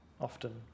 often